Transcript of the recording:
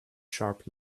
sharp